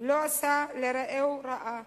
לא עשה לרעהו רעה